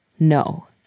No